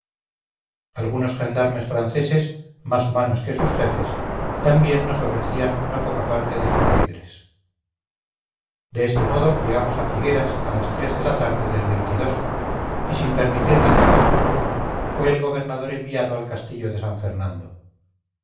algunos gendarmes franceses más humanos que sus jefes también nos ofrecían no poca parte de sus víveres de este modo llegamos a figueras a las tres de la tarde del y sin permitirle descanso alguno fue el gobernador enviado al castillo de san fernando